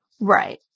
Right